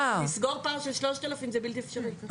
לסגור פער של 3,000 זה בלתי אפשרי.